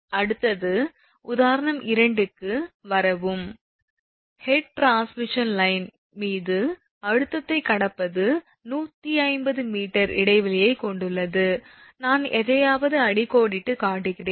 அடுத்தது உதாரணம் 2 க்கு வரவும் ஹெட் டிரான்ஸ்மிஷன் லைன் மீது அழுத்தத்தை கடப்பது 150 𝑚 இடைவெளியைக் கொண்டுள்ளது நான் எதையாவது அடிக்கோடிட்டுக் காட்டுகிறேன்